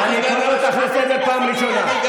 איך הגעת, אני קורא אותך לסדר פעם ראשונה.